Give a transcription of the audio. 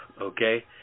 okay